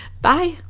Bye